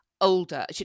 older